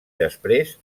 després